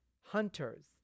hunters